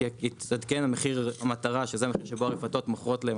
התעדכן מחיר המטרה שזה המחיר שבו הרפתות מוכרות להם